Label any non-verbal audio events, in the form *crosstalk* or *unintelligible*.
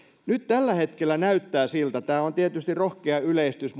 nyt tällä hetkellä näyttää siltä tämä on tietysti rohkea yleistys *unintelligible*